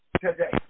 today